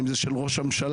אם חלילה של ראש הממשלה,